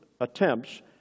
attempts